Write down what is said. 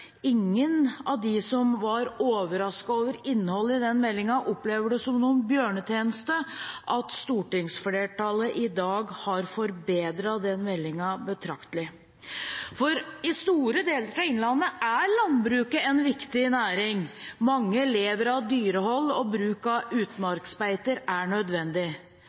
ingen av dem som var overrasket over innholdet i den meldingen, opplever det som noen bjørnetjeneste at stortingsflertallet i dag har forbedret den meldingen betraktelig, for i store deler av innlandet er landbruket en viktig næring. Mange lever av dyrehold, og bruk av utmarksbeiter er nødvendig